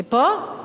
היא פה?